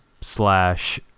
slash